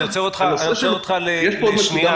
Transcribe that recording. אני עוצר אותך לרגע.